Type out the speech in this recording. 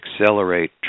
accelerate